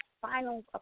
final